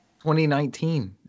2019